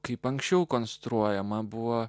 kaip anksčiau konstruojama buvo